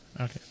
Okay